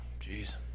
Jeez